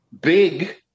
big